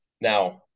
Now